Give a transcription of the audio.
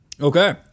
Okay